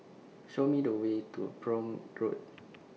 Show Me The Way to Prome Road